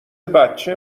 بچه